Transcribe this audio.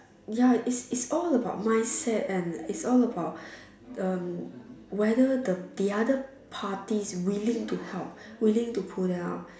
ya is is all about mindset and is all about um whether the the other party is willing to help willing to pull them up